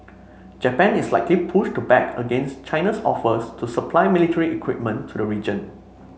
Japan is likely push to back against China's offers to supply military equipment to the region